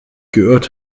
geirrt